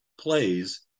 plays